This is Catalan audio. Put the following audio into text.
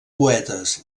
poetes